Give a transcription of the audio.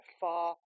far